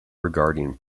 regarding